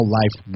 life